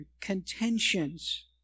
contentions